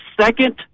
second